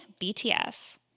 BTS